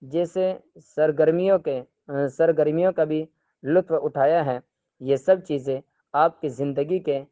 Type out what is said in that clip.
جیسے سرگرمیوں کے سرگرمیوں کا بھی لطف اٹھایا ہے یہ سب چیزیں آپ کی زندگی کے